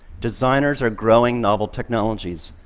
designers are growing novel technologies,